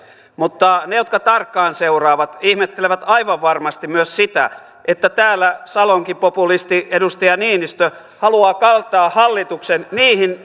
mutta ne jotka tarkkaan seuraavat ihmettelevät aivan varmasti myös sitä että täällä salonkipopulisti edustaja niinistö haluaa kaataa hallituksen niihin